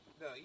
No